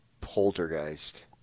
Poltergeist